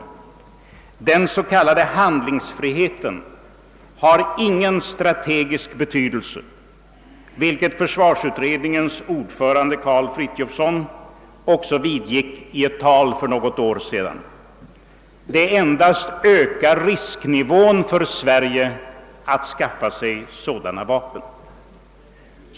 Den s.k. handlingsfriheten har ingen strategisk betydelse, vilket försvarsutredningens ordförande Karl Frithiofson också vidgick i ett tal för något år sedan. Att skaffa sig sådana vapen endast ökar risknivån för Sverige.